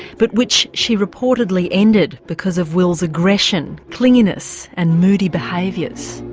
but which she reportedly ended because of will's aggression, clinginess and moody behaviours.